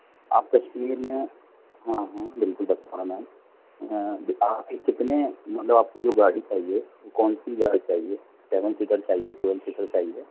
آپ کشمیر میں ہاں ہاں بالکل بتا روّں میم آپ کے کتنے مطلب آپ کو جو گاڑی چاہیے وہ کون سی گاڑی چاہیے سیون سیٹر چاہیے ٹویل سیٹر چاہیے